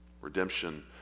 Redemption